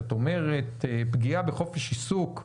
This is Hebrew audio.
שאת אומרת פגיעה בחופש עיסוק,